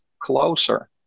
closer